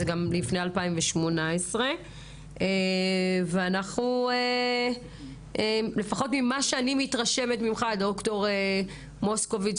זה גם היה לפני 2018. זו